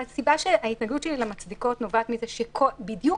ההתנגדות שלי ל"המצדיקות" נובעת בדיוק